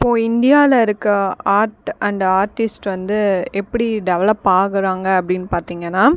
இப்போது இந்தியாவில் இருக்க ஆர்ட் அன்ட் ஆர்ட்டிஸ்ட் வந்து எப்படி டெவலப் ஆகுகிறாங்க அப்படின்னு பார்த்தீங்கன்னா